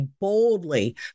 boldly